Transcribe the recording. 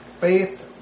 Faith